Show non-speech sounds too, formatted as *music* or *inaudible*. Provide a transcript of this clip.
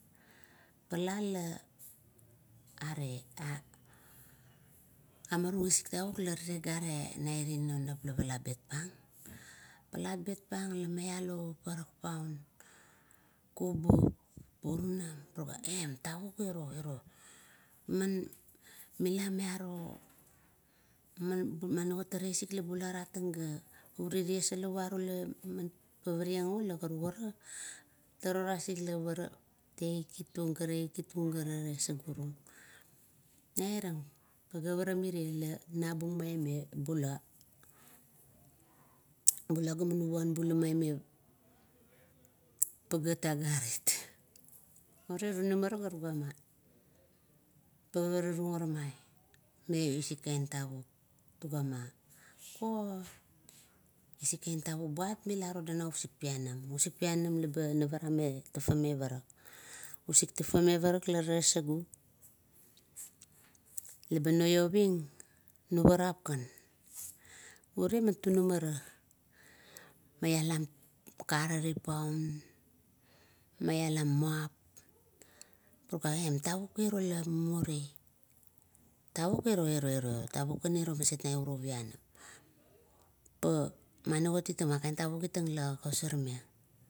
Pala la are, amarung isik tavuk are ire non nap, lapala brt pang. pala bet pang mialo paparak paun, kubup, burunam, tuga em tavuk iro, iro mani i malamiaro man, mapagarai isik, la bula tatang uri la ties varu la karukara, turo tasik tekit tung, ga rekikitung, nai rang pageap ara mirie lanabung maime ga bula. Bula la gaman vanbula maime pagat agarit. Pa tunum ara ga tugua ma, pararara ara mai, me isik tavuk. Tugama, kuot isik tavuk la buat mila todang na usik pianam, usik pianam laba navarame, usik tafa me parak: tafa me parak la talet sagu, la ba noiovang nuvarap kan. Ure ma tunama ra, maialam kar rup paun, maialom muap, tuga em tavuk iro la muri. Tavuk iro, iro maset ra uro pianam pa mani kulot i tang nou utang panam. *unintelligible*